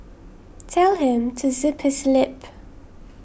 tell him to zip his lip